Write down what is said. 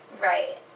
Right